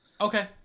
Okay